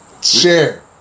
share